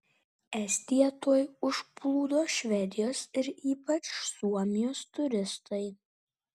estiją tuoj užplūdo švedijos ir ypač suomijos turistai